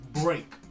break